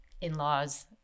in-laws